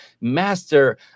Master